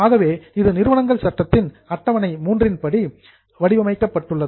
ஆகவே இது நிறுவனங்கள் சட்டத்தின் அட்டவணை III இன் படி ஃபார்மேட் வடிவமைக்கப்பட்டுள்ளது